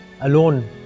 alone